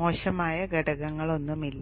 മോശമായ ഘടകങ്ങളൊന്നുമില്ല